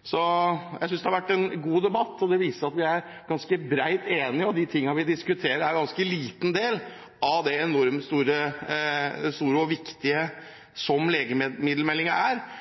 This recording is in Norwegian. Jeg synes det har vært en god debatt, og det viser at vi er ganske bredt enige, og de tingene vi diskuterer, er en ganske liten del av det enormt store og viktige som legemiddelmeldingen er. Jeg opplever også faktisk at både industrien og organisasjonene er veldig fornøyd med den legemiddelmeldingen som er